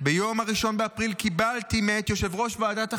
ביום ה-1 באפריל קיבלתי מאת יושב-ראש ועדת החקירה"